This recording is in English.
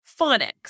phonics